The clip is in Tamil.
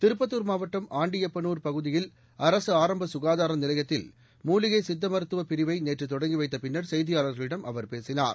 திருப்பத்துா் மாவட்டம் ஆண்டியப்பனுா் பகுதியில் அரசு ஆரம்ப சுகாதார நிலையத்தில் மூலிகை சித்த மருத்துவப் பிரிவை நேற்று தொடங்கி வைத்த பின்னர் செய்தியாளர்களிடம் அவர் பேசினார்